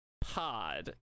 pod